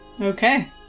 Okay